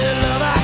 love